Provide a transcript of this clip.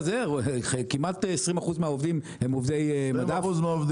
כמעט 20% מהעובדים הם עובדי מדף.